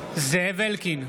זאב אלקין,